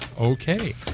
Okay